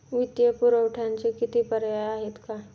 वित्तीय पुरवठ्याचे किती पर्याय आहेत का?